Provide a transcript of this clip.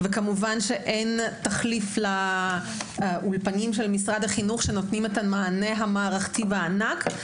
כמובן אין תחליף לאולפני משרד החינוך שנותנים את המענה המערכתי והענק.